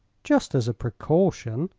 just as a precaution,